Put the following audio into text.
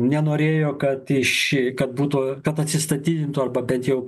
nenorėjo kad ši kad būtų kad atsistatydintų arba bent jau